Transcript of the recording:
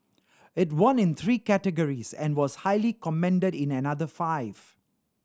it won in three categories and was highly commended in another five